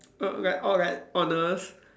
err like or like honest